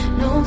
no